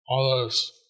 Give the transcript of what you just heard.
others